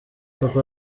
papa